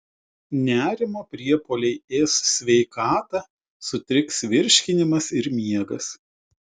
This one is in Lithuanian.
nerimo priepuoliai ės sveikatą sutriks virškinimas ir miegas